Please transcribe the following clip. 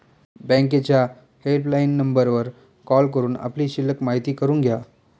बँकेच्या हेल्पलाईन नंबरवर कॉल करून आपली शिल्लक माहिती करून घ्या